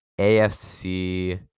AFC